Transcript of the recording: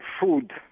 food